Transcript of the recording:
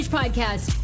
podcast